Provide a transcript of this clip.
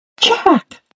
Jack